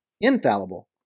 infallible